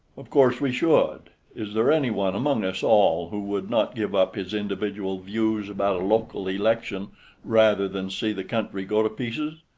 of course we should. is there any one among us all who would not give up his individual views about a local election rather than see the country go to pieces?